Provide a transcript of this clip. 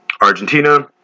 Argentina